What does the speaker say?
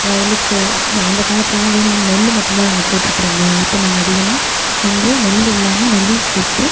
வயலுக்கு அந்த காலத்துலெல்லாம் வெறும் நெல் மட்டும் தான் நாங்கள் போட்டுகிட்ருந்தோம் இப்போ நாங்கள் அதிகமாக வந்து நெல் இல்லாமல் நெல்லையும் சேர்த்து